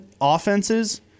offenses